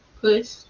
push